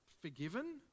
forgiven